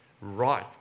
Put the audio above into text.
right